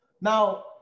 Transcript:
Now